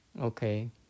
okay